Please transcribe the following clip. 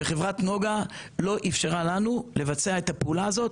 וחברת נגה לא אפשרה לנו לבצע את הפעולה הזאת.